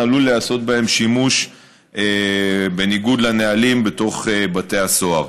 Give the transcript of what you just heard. עלול להיעשות בהם שימוש בניגוד לנהלים בתוך בתי הסוהר.